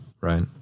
right